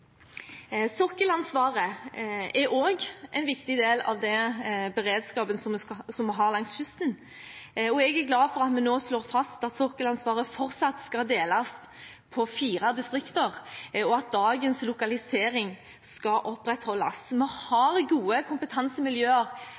Sokkelansvaret er en viktig del av den beredskapen som vi har langs kysten. Jeg er glad for at vi nå slår fast at sokkelansvaret fortsatt skal deles på fire distrikter, og at dagens lokalisering skal opprettholdes. Vi har gode kompetansemiljøer